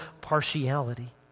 partiality